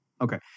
okay